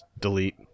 delete